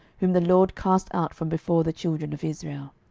whom the lord cast out from before the children of israel.